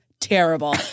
terrible